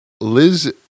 Liz